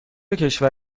کشور